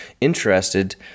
interested